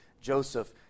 Joseph